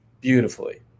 beautifully